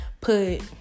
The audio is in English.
put